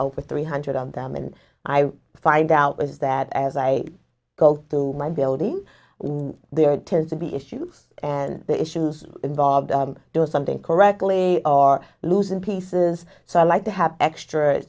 over three hundred on them and i find out is that as i go through my building there tends to be issues and issues involved doing something correctly or losing pieces so i like to have extra